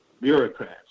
bureaucrats